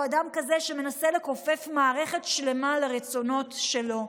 אדם כזה שמנסה לכופף מערכת שלמה לרצונות שלו.